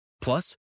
Plus